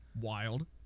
Wild